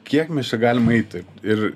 kiek mes čia galim ait taip ir